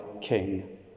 king